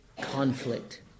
conflict